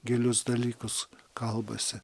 gilius dalykus kalbasi